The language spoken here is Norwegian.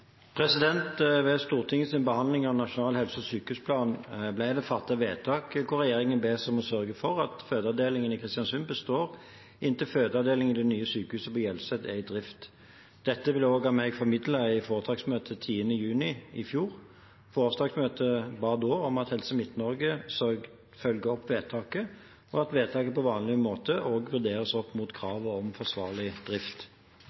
styre?» Ved Stortingets behandling av Nasjonal helse- og sykehusplan ble det fattet et vedtak der regjeringen bes om å sørge for at fødeavdelingen i Kristiansund består inntil fødeavdelingen i det nye sykehuset på Hjelset er i drift. Dette ble også formidlet av meg i foretaksmøtet 10. juni i fjor. Foretaksmøtet ba da om at Helse Midt-Norge følger opp vedtaket, og at vedtaket på vanlig måte også vurderes opp mot kravet om forsvarlig drift.